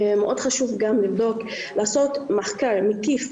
מאוד חשוב גם לעשות מחקר מקיף,